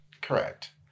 Correct